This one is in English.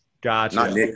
Gotcha